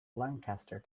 lancaster